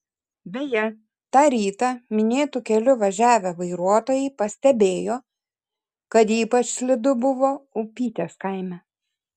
beje tą rytą minėtu keliu važiavę vairuotojai pastebėjo kad ypač slidu buvo upytės kaime